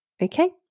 Okay